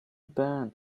burn